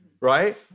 right